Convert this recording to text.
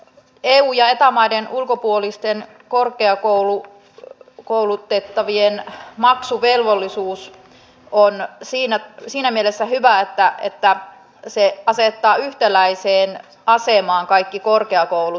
eu ja eta maiden ulkopuolisten korkeakoulutettavien maksuvelvollisuus on siinä mielessä hyvä että se asettaa yhtäläiseen asemaan kaikki korkeakoulut